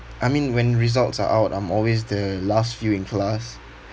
I mean when results are out I'm always the last few in class